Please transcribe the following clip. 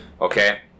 okay